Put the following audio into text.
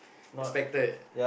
expected